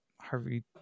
Harvey